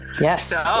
yes